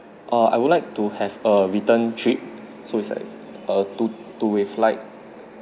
uh I would like to have a return trip so it's like uh to to with like